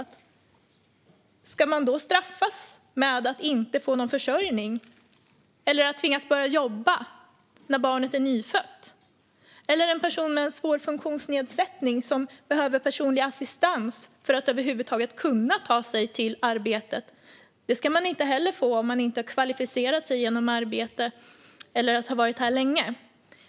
Ska denna flykting då straffas genom att inte få någon försörjning eller tvingas börja jobba när barnet är nyfött? Eller tänk er en person med svår funktionsnedsättning som behöver personlig assistans för att över huvud taget kunna ta sig till arbetet! Det ska man inte heller få om man inte har kvalificerat sig genom att arbeta eller vara här länge.